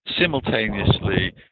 simultaneously